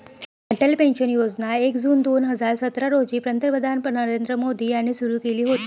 Atal pension योजना एक जून दोन हजार सतरा रोजी पंतप्रधान नरेंद्र मोदी यांनी सुरू केली होती